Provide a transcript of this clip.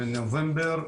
בנובמבר,